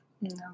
No